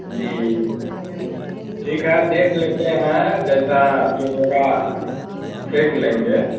जी जी ठीक है देख लेते हैं जैसा जो होगा देख लेंगे